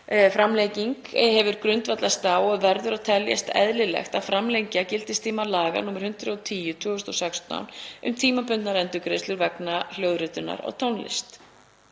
framlenging hefur grundvallast á verður að teljast eðlilegt að framlengja gildistíma laga nr. 110/2016, um tímabundnar endurgreiðslur vegna hljóðritunar á tónlist.